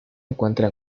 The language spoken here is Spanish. encuentra